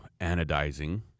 anodizing